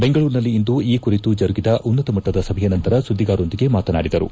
ಬೆಂಗಳೂರಿನಲ್ಲಿಂದು ಈ ಕುರಿತು ಜರುಗಿದ ಉನ್ನತ ಮಟ್ಟದ ಸಭೆಯ ನಂತರ ಸುದ್ದಿಗಾರರೊಂದಿಗೆ ಮಾತನಾಡಿದರು